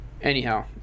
Anyhow